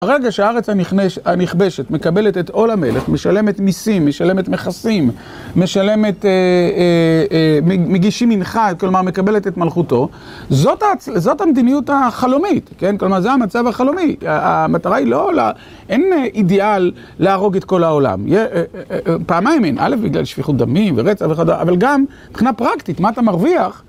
הרגע שהארץ הנכבשת מקבלת את עול המלך, משלמת מיסים, משלמת מכסים, מגישים מנחה, כלומר, מקבלת את מלכותו, זאת המדיניות החלומית, כן? כלומר, זה המצב החלומי. המטרה היא לא... אין אידיאל להרוג את כל העולם. פעמיים אין, אלא בגלל שפיכות דמים ורצח וכדומה, אבל גם מבחינה פרקטית. מה אתה מרוויח?